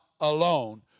alone